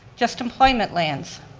just employments lands.